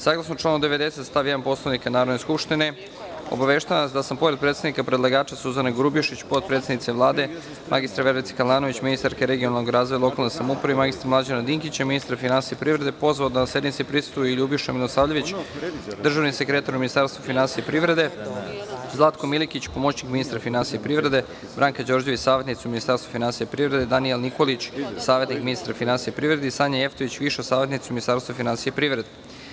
Saglasno članu 90. stav 1. Poslovnika Narodne skupštine obaveštavam vas da sam, pored predstavnika predlagačaSuzane Grubješić, potpredsednice Vlade, mr Verice Kalanović, ministarke regionalnog razvoja i lokalne samouprave i mr Mlađana Dinkića, ministra finansija i privrede, pozvao da sednici prisustvuju i: Ljubiša Milosavljević, državni sekretar u Ministarstvu finansija i privrede, Zlatko Milikić, pomoćnik ministra finansija i privrede, Branka Đorđević, savetnica u Ministarstvu finansija i privrede, Danijel Nikolić, savetnik ministra finansija i privrede i Sanja Jevtović, viša savetnica u Ministarstvu finansija i privrede.